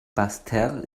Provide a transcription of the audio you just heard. basseterre